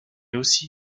aussi